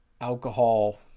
alcohol